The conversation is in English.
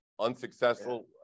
unsuccessful